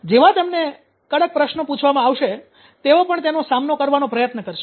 જેવા તેમને સખતકડક પ્રશ્નો પૂછવામાં આવશે તેઓ પણ તેનો સામનો કરવાનો પ્રયત્ન કરશે